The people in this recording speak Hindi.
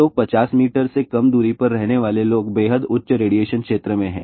तो 50 मीटर से कम दूरी पर रहने वाले लोग बेहद उच्च रेडिएशन क्षेत्र में हैं